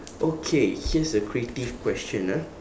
okay here's a creative question ah